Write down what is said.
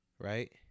Right